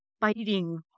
fighting